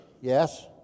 yes